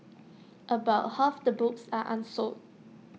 about half the books are unsold